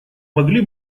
могли